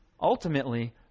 ultimately